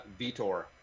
Vitor